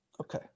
Okay